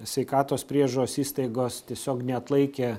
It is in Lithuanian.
sveikatos priežiūros įstaigos tiesiog neatlaikė